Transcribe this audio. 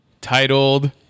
titled